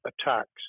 attacks